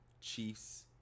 Chiefs